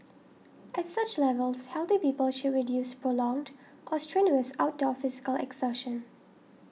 at such levels healthy people should reduce prolonged or strenuous outdoor physical exertion